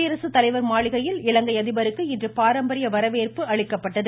குடியரசு தலைவர் மாளிகையில் இலங்கை அதிபருக்கு இன்று பாரம்பரிய வரவேற்பு அளிக்கப்பட்டது